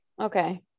okay